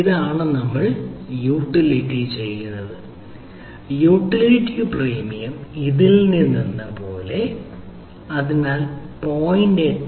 അതിനാൽ നമ്മൾ യൂട്ടിലിറ്റി ചെയ്യുന്നത് യൂട്ടിലിറ്റി പ്രീമിയം ഇതിൽ നിന്ന് എന്നപോലെ അതിനാൽ 0